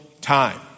time